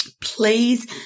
Please